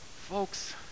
folks